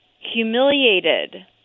humiliated